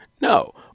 No